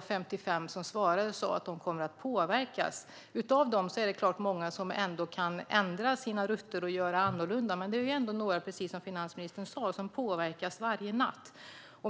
55 som svarade sa att de kommer att påverkas. Av dem är det många som kan ändra sina rutter och göra annorlunda, men det är ändå några som påverkas varje natt - precis som finansministern sa.